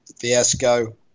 fiasco